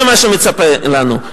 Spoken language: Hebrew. זה מה שמצפה לנו.